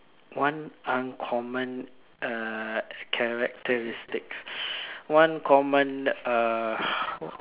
one uncommon uh characteristic one common uh